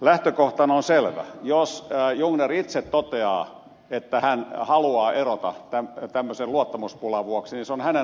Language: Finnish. lähtökohtahan on selvä jos jungner itse toteaa että hän haluaa erota tämmöisen luottamuspulan vuoksi niin se on hänen asiansa